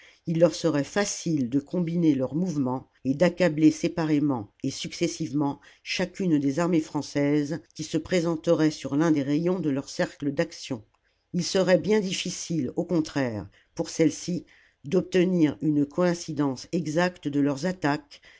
il leur serait facile de combiner leurs mouvements et d'accabler séparément et successivement chacune des armées françaises qui se présenteraient sur l'un des rayons de leur cercle d'action il serait bien difficile au contraire pour cellesci d'obtenir une coïncidence exacte de leurs attaques